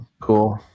Cool